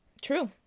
true